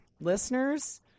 Listeners